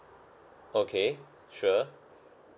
okay sure